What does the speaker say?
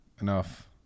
enough